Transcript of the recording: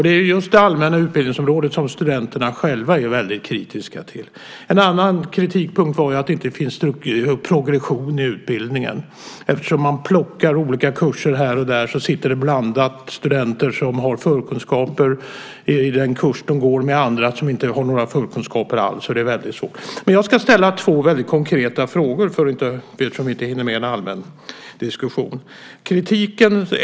Det är just det allmänna utbildningsområdet som studenterna själva är väldigt kritiska till. En annan kritikpunkt var att det inte finns någon progression i utbildningen. Man plockar olika kurser här och där, och så sitter det blandat studenter som har förkunskaper i den kurs de går med andra som inte har några förkunskaper alls. Det är väldigt svårt. Jag ska ställa två väldigt konkreta frågor eftersom vi inte hinner med en allmän diskussion.